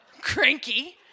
Cranky